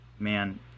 man